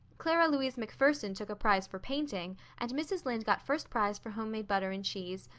clara louise macpherson took a prize for painting, and mrs. lynde got first prize for homemade butter and cheese.